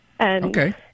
Okay